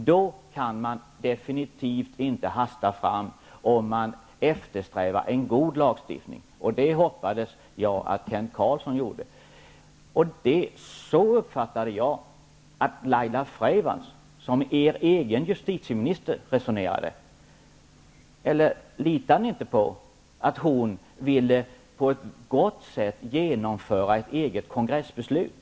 Man kan absolut inte hasta fram om man eftersträvar en god lagstiftning, och det hoppas jag att Kent Carlsson gör. Jag uppfattade att även Laila Freivalds, er egen justieminister, resonerade på detta sätt. Litade ni inte på att hon på ett gott sätt ville genomföra ert eget kongressbeslut?